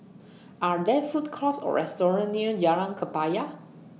Are There Food Courts Or restaurants near Jalan Kebaya